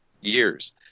years